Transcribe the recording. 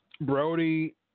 Brody